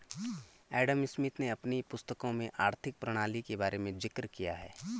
Adam Smith ने अपनी पुस्तकों में आर्थिक प्रणाली के बारे में जिक्र किया है